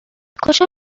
کجا